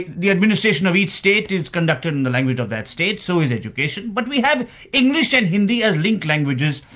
the administration of each state is conducted in the language of that state, so is education, but we have english and hindi as link languages,